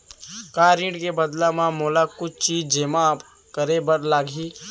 का ऋण के बदला म मोला कुछ चीज जेमा करे बर लागही?